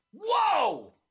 Whoa